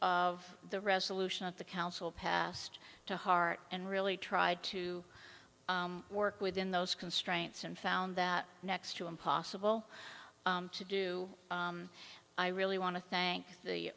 of the resolution of the council passed to heart and really tried to work within those constraints and found that next to impossible to do i really want to thank the